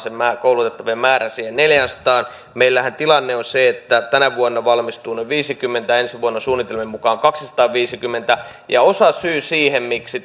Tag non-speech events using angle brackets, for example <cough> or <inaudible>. koulutettavien määrän siihen neljäänsataan meillähän tilanne on se että tänä vuonna valmistuu noin viisikymmentä ensi vuonna suunnitelmien mukaan kaksisataaviisikymmentä ja osasyy siihen miksi <unintelligible>